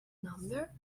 number